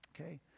okay